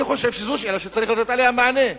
זאת שאלה שצריך לתת עליה מענה.